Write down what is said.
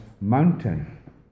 mountain